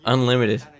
Unlimited